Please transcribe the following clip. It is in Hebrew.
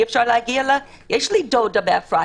אי אפשר להגיע: יש לי דודה באפרת,